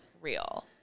real